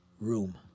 room